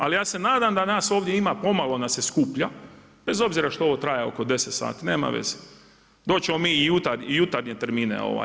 Ali ja se nadam da nas ovdje ima pomalo nas se skuplja, bez obzira što ovo traje oko 10 sati, nema veze, doći ćemo mi i u jutarnje termine.